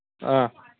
ꯑꯥ